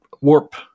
warp